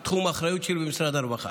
אני אגש לתחום האחריות שלי במשרד הרווחה.